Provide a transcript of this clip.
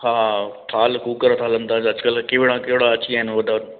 हा थाल कूकर हलन था अॼुकल्ह कहिड़ा कहिड़ा अची विया आहिनि उहे त